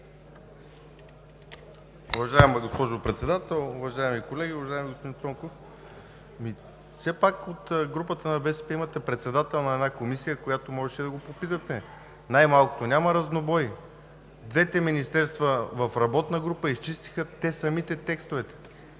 Уважаема госпожо Председател, уважаеми колеги! Уважаеми господин Цонков, от групата на БСП имате председател на една комисия, когото можеше да го попитате най-малкото. Няма разнобой. Двете министерства в работна група изчистиха самите те текстовете